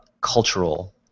cultural